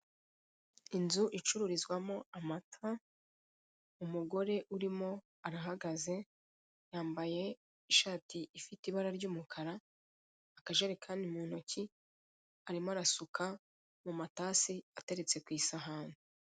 Inzu icururizwamo amata, umugore urimo arahagaze, yambaye ishati ifite ibara ry'umukara, akajerekani mu ntoki, arimo arasuka mu matasi ateretse ku isahani.